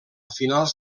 finals